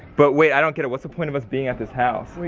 but wait, i don't get it. what's the point of us being at this house?